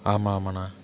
ஆமாமாணா